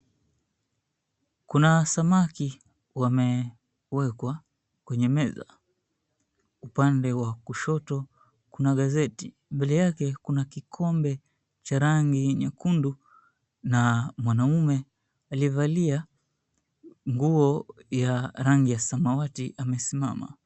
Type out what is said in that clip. Kuna samaki wamewekwa kwenye meza, upande wa kushoto kuna gazeti. Mbele yake kuna kikombe cha rangi nyekundu na mwanaume aliyevalia nguo ya rangi ya samawati amesimama.